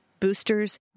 Boosters